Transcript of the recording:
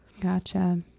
Gotcha